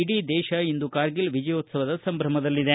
ಇಡೀ ದೇಶ ಇಂದು ಕಾರ್ಗಿಲ್ ವಿಜಯೋತ್ಲವದ ಸಂಭ್ರಮದಲ್ಲಿದೆ